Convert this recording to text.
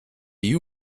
you